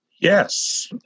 Yes